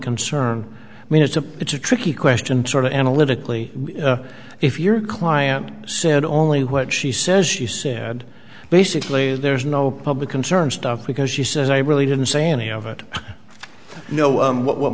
concern i mean it's a it's a tricky question to analytically if your client said only what she says you said basically if there's no public concern stuff because she says i really didn't say any of it i know what what